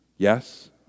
Yes